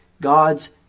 God's